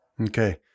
Okay